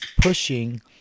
pushing